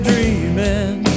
Dreaming